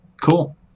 cool